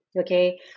Okay